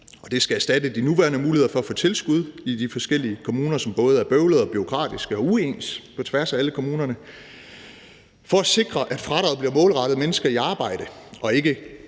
det skal erstatte de nuværende muligheder for at få tilskud i de forskellige kommuner, som både er bøvlede og bureaukratiske og uens på tværs af alle kommunerne. For at sikre, at fradraget bliver målrettet mennesker i arbejde og ikke